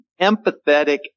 empathetic